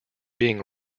being